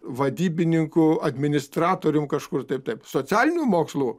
vadybininku administratorium kažkur taip taip socialinių mokslų